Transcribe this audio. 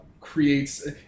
creates